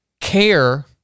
care